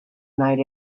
night